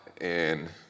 and-